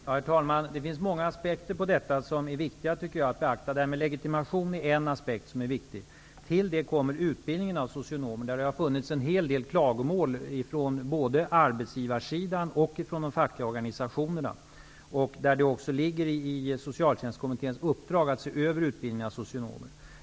Herr talman! Det finns många aspekter på detta som jag tycker är viktiga att beakta. Legitimation är en viktig aspekt. Till det kommer utbildningen av socionomer. Det har kommit en hel del klagomål på den både från arbetsgivarsidan och från de fackliga organisationerna, och det ligger i socialtjänstkommitténs uppdrag att se över utbildningen av socionomer.